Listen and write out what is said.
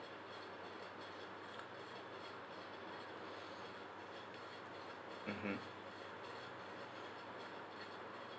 mmhmm